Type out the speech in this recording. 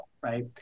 Right